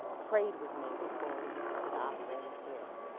prayed with me before we went into the operating theater.